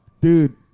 Dude